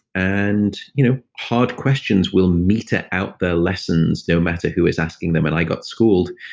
and you know hard questions will meter out their lessons no matter who is asking them, and i got schooled.